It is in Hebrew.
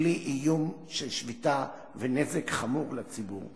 בלי איום של שביתה ונזק חמור לציבור.